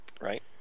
Right